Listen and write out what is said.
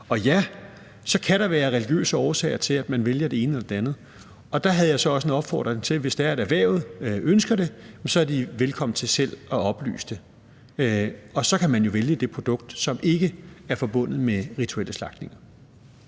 Og ja, så kan der være religiøse årsager til, at man vælger det ene eller det andet. Og der havde jeg så også en opfordring til, at hvis det er sådan, at erhvervet ønsker det, så er de velkomne til at oplyse det. Og så kan man jo vælge det produkt, som ikke er forbundet med rituelle slagtninger.